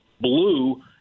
blue